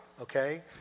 okay